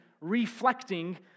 reflecting